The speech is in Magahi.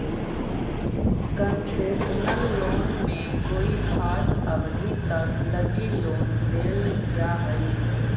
कंसेशनल लोन में कोई खास अवधि तक लगी लोन देल जा हइ